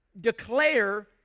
declare